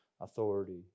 authority